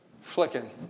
flicking